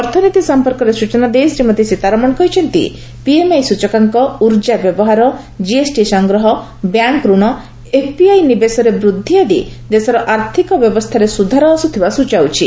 ଅର୍ଥନୀତି ସମ୍ପର୍କରେ ସ୍ବଚନା ଦେଇ ଶ୍ରୀମତୀ ସୀତାରମଣ କହିଛନ୍ତି ପିଏମ୍ଆଇ ସୂଚକାଙ୍କ ଉର୍ଜା ବ୍ୟବହାର ଜିଏସ୍ଟି ସଂଗ୍ରହ ବ୍ୟାଙ୍କ୍ ରଣ ଏଫ୍ପିଆଇ ନିବେଶରେ ବୃଦ୍ଧି ଆଦି ଦେଶର ଆର୍ଥିକ ବ୍ୟବସ୍ଥାରେ ସୁଧାର ଆସୁଥିବା ସୂଚାଉଛି